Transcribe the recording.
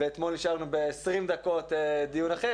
ואתמול אישרנו בעשרים דקות דיון אחר.